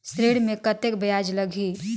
ऋण मे कतेक ब्याज लगही?